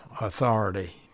authority